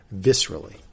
viscerally